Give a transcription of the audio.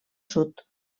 sud